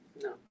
no